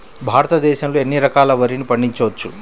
భారతదేశంలో ఎన్ని రకాల వరిని పండించవచ్చు